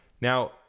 now